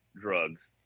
drugs